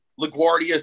LaGuardia